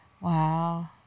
Wow